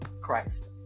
christ